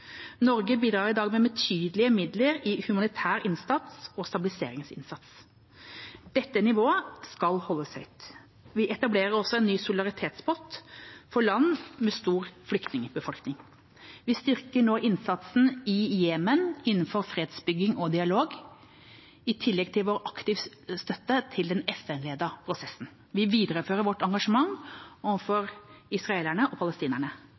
Norge bidrar i dag med betydelige midler i humanitær innsats og stabiliseringsinnsats. Dette nivået skal holdes høyt. Vi etablerer også en ny solidaritetspott for land med stor flyktningbefolkning. Vi styrker nå innsatsen i Jemen innen fredsbygging og dialog, i tillegg til aktivt å støtte den FN-ledede prosessen. Vi viderefører vårt engasjement overfor israelerne og palestinerne.